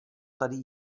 tady